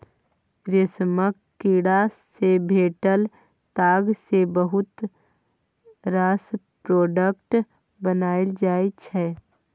रेशमक कीड़ा सँ भेटल ताग सँ बहुत रास प्रोडक्ट बनाएल जाइ छै